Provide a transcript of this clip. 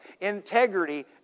integrity